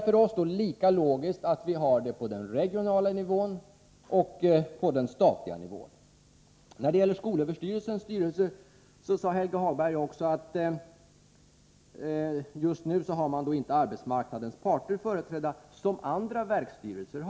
— För oss är det lika logiskt att ha en sådan ordning också på den regionala och på den statliga nivån. Vad gäller skolöverstyrelsens styrelse sade Helge Hagberg att arbetsmarknadens parter just nu inte har någon representation, vilket de däremot har i andra verksstyrelser.